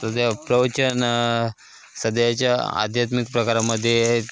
सध्या प्रवचन सध्याच्या आध्यात्मिक प्रकारामध्ये